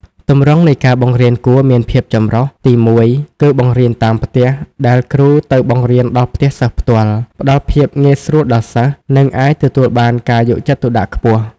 ទម្រង់នៃការបង្រៀនគួរមានភាពចម្រុះ ទីមួយ គឺបង្រៀនតាមផ្ទះ ដែលគ្រូទៅបង្រៀនដល់ផ្ទះសិស្សផ្ទាល់ ផ្តល់ភាពងាយស្រួលដល់សិស្ស និងអាចទទួលបានការយកចិត្តទុកដាក់ខ្ពស់។